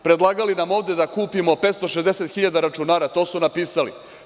Predlagali su nam ovde da kupimo 560 hiljada računara, to su napisali.